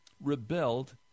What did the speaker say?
rebelled